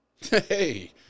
hey